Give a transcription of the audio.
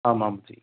आमां जि